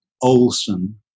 Olson